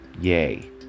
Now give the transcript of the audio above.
yay